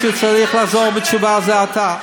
שצריך לחזור בתשובה זה אתה.